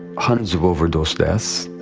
hundreds of overdose deaths.